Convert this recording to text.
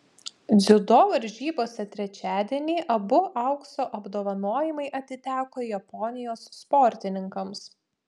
dziudo varžybose trečiadienį abu aukso apdovanojimai atiteko japonijos sportininkams